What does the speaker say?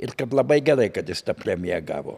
ir kad labai gerai kad jis tą premiją gavo